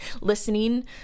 listening